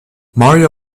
mario